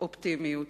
אופטימיות.